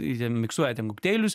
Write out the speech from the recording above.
jie ten miksuoja ten kokteilius